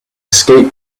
escape